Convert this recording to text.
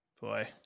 Boy